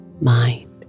mind